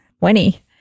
Winnie